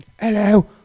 hello